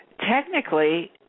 Technically